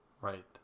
Right